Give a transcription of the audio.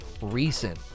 recent